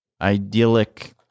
idyllic